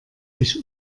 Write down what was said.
sich